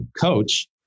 coach